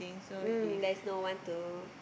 mm there's no one to